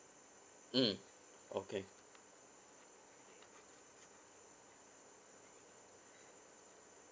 mm okay